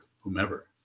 whomever